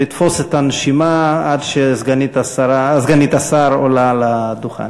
לתפוס את הנשימה עד שסגנית השר עולה לדוכן.